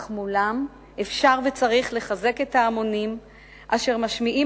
אך מולם אפשר וצריך לחזק את ההמונים אשר משמיעים